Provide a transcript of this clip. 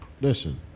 Listen